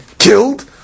Killed